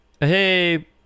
Hey